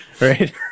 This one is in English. Right